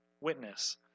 witness